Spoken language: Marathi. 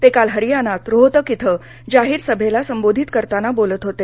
ते काल हरियानात रोहतक इथं जाहीर सभेला संबोधित करताना बोलत होते